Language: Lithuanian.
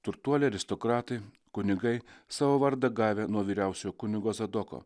turtuoliai aristokratai kunigai savo vardą gavę nuo vyriausio kunigo saduko